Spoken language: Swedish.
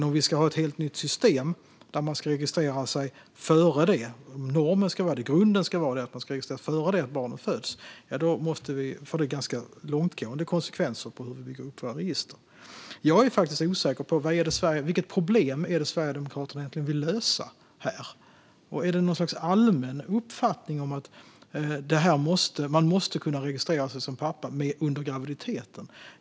Om vi ska ha ett helt nytt system där man ska registrera faderskapet före det att barnet föds - där det ska vara normen - får det ganska långtgående konsekvenser för hur vi lägger upp våra register. Jag är faktiskt osäker på vilket problem det är Sverigedemokraterna egentligen vill lösa. Är det något slags allmän uppfattning att man måste kunna registrera sig som pappa under graviditeten?